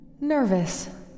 Nervous